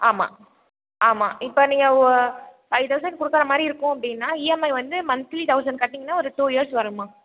ஆமாம் ஆமாம் இப்போ நீங்கள் ஃபை தௌசண்ட் கொடுக்குற மாதிரி இருக்கும் அப்படின்னா இஎம்ஐ வந்து மன்த்லி தௌசண்ட் கட்டினீங்கன்னா ஒரு டூ இயர்ஸ் வரும்மா